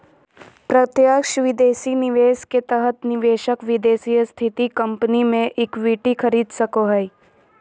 प्रत्यक्ष विदेशी निवेश के तहत निवेशक विदेश स्थित कम्पनी मे इक्विटी खरीद सको हय